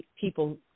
people